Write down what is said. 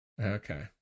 Okay